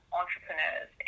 entrepreneurs